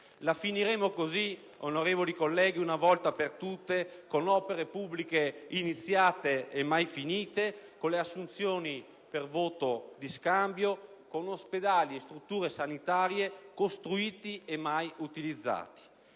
La finiremo così, onorevoli colleghi, una volta per tutte, con opere pubbliche iniziate e mai finite, con le assunzioni per voto di scambio, con ospedali e strutture sanitarie costruiti e mai utilizzati.